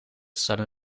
sudden